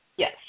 Yes